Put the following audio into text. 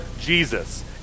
Jesus